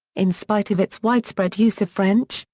in spite of its widespread use of french,